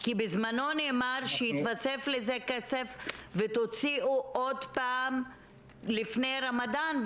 כי בזמנו נאמר שהתווסף לזה כסף ותוציאו עוד פעם לפני רמדאן,